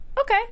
okay